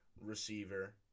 receiver